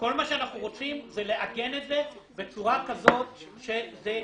כל מה שאנחנו רוצים זה לעגן את זה בצורה כזאת שזה יבוצע.